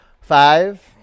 Five